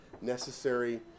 necessary